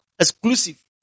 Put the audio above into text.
exclusive